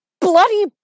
bloody